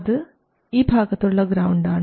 അതു ഈ ഭാഗത്തുള്ള ഗ്രൌണ്ടാണ്